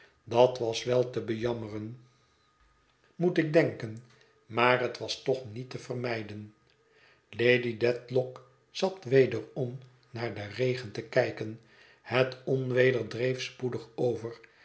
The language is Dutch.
dat was wel te bejammeren moet ik denken maar het was toch niet te vermijden lady dedlock zat wederom naar den regen te kijken het onweder dreef spoedig over